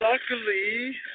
Luckily